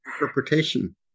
interpretation